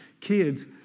Kids